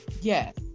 Yes